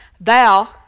Thou